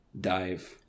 dive